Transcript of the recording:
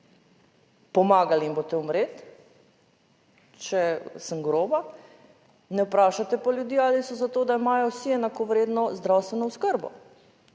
pomagali jim boste umreti, če sem groba, ne vprašate pa ljudi ali so za to, da imajo vsi enakovredno zdravstveno oskrbo.